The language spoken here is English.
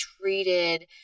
treated